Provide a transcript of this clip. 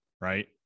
right